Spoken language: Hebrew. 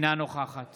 אינה נוכחת